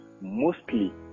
mostly